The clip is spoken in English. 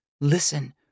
Listen